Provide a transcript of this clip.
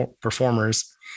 performers